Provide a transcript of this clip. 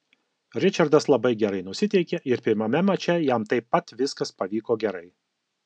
ričardas labai gerai nusiteikė ir pirmame mače jam taip pat viskas pavyko gerai